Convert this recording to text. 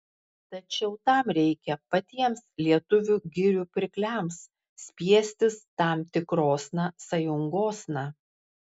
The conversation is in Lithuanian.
tačiau tam reikia patiems lietuvių girių pirkliams spiestis tam tikrosna sąjungosna